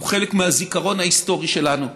הוא חלק מהזיכרון ההיסטורי שלנו,